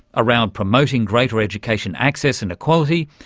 around promoting greater education access and equality,